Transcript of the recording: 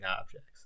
objects